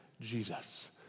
Jesus